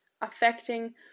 affecting